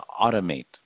automate